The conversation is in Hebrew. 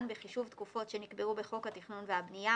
בחישוב תקופות שנקבעו בחוק התכנון והבנייה,